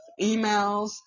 emails